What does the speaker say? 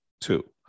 Two